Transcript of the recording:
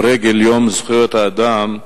לרגל יום זכויות האדם,